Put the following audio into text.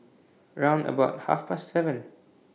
round about Half Past seven